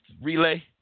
relay